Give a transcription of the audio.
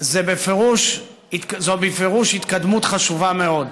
זו בפירוש התקדמות חשובה מאוד.